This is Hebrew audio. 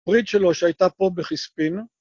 פריד שלו שהייתה פה בחספין.